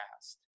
past